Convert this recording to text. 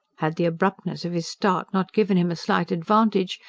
had the abruptness of his start not given him a slight advantage,